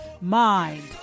mind